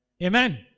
Amen